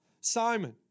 Simon